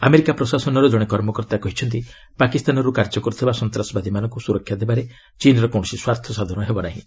America ପ୍ରଶାସନର ଜଣେ କର୍ମକର୍ତ୍ତା କହିଛନ୍ତି ପାକିସ୍ତାନର୍ତ କାର୍ଯ୍ୟ କରୁଥିବା ସନ୍ତାସବାଦୀମାନଙ୍କୁ ସୁରକ୍ଷା ଦେବାରେ ଚୀନ୍ର କୌଣସି ସ୍ୱାର୍ଥ ସାଧନ ହେବ ନାହିଁ